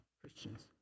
Christians